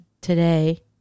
today